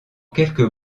quelques